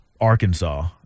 Arkansas